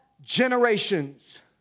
generations